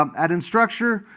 um at instructure,